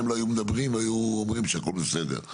הם לא היו מדברים והם היו אומרים שהכל בסדר.